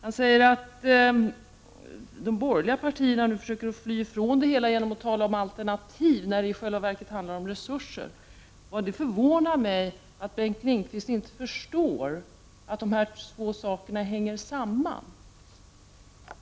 Han säger att de borgerliga partierna nu försöker fly från det hela genom att tala om alternativ när det i själva verket handlar om resurser. Det förvånar mig att Bengt Lindqvist inte förstår att dessa två saker hänger samman.